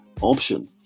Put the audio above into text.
option